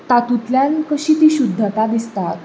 तातूंतल्यान कशी ती शुद्धता दिसता